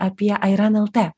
apie airan lt